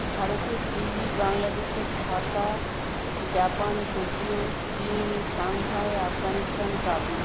ভারতের দিল্লি বাংলাদেশের Dhaka Japan Tokyo চীন সাংহাই আপগানিস্তান কাবুল